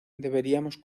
deberíamos